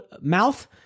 mouth